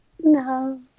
No